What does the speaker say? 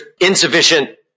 insufficient